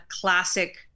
classic